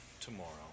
tomorrow